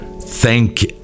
Thank